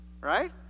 right